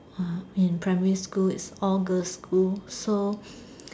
in primary it's all girls school so